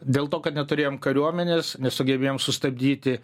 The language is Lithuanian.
dėl to kad neturėjom kariuomenės nesugebėjom sustabdyti